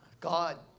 God